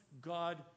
God